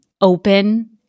open